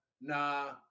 nah